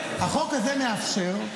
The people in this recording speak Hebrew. החוק הזה מאפשר,